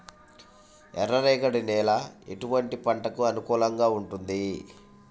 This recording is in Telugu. ఎర్ర రేగడి నేల ఎటువంటి పంటలకు అనుకూలంగా ఉంటుంది?